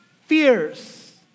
fears